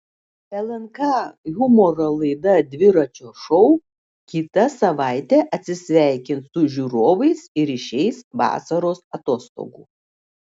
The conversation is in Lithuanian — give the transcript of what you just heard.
lnk humoro laida dviračio šou kitą savaitę atsisveikins su žiūrovais ir išeis vasaros atostogų